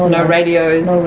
no radios,